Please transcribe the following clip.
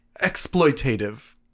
exploitative